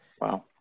Wow